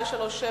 מס' 637,